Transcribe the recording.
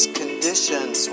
conditions